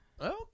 Okay